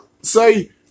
say